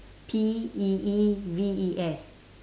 P E E V E S